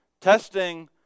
Testing